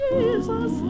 Jesus